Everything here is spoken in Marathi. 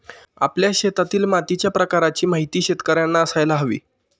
आपल्या शेतातील मातीच्या प्रकाराची माहिती शेतकर्यांना असायला हवी